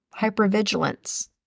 hypervigilance